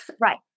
Right